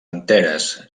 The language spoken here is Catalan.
enteres